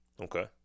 Okay